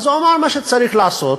הוא אמר מה צריך לעשות,